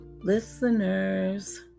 Listeners